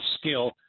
skill